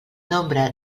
nombre